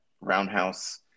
roundhouse